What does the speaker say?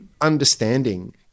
understanding